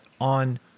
on